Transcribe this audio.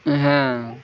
হ্যাঁ